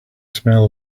smell